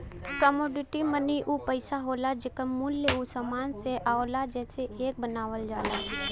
commodity money उ पइसा होला जेकर मूल्य उ समान से आवला जेसे एके बनावल जाला